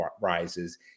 rises